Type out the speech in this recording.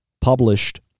published